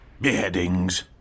Beheadings